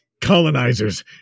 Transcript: colonizers